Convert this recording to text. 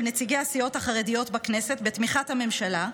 נציגי הסיעות החרדיות בכנסת בתמיכת הממשלה,